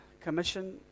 commission